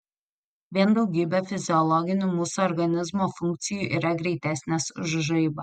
vien daugybė fiziologinių mūsų organizmo funkcijų yra greitesnės už žaibą